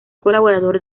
colaborador